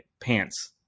pants